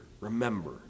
Remember